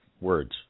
words